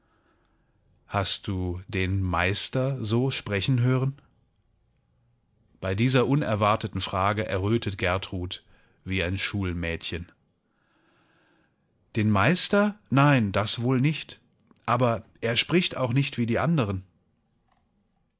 hast du den meister so sprechen hören bei dieser unerwarteten frage errötet gertrud wie ein schulmädchen den meister nein das wohl nicht aber er spricht auch nicht wie die anderen